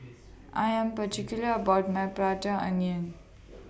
I Am particular about My Prata Onion